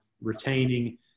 retaining